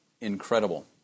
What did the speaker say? incredible